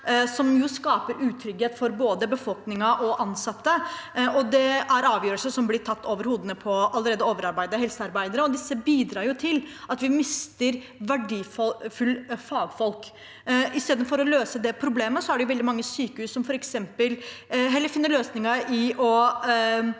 som skaper utrygghet for både befolkningen og ansatte. Det er avgjørelser som blir tatt over hodene på allerede overarbeidede helsearbeidere, og disse bidrar til at vi mister verdifulle fagfolk. I stedet for å løse det problemet er det veldig mange sykehus som f.eks. heller finner løsningen i å